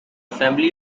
family